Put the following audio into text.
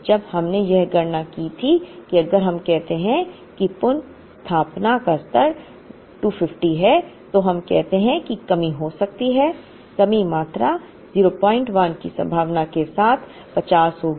अब जब हमने यह गणना की थी कि अगर हम कहते हैं कि पुनर्स्थापना का स्तर 250 है तो हम कहते हैं कि कमी हो सकती है कमी मात्रा 01 की संभावना के साथ 50 होगी